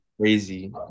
crazy